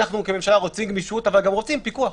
אנחנו כממשלה רוצים גמישות, אבל גם רוצים פיקוח.